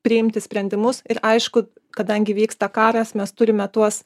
priimti sprendimus ir aišku kadangi vyksta karas mes turime tuos